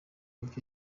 ibyo